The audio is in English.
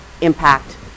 impact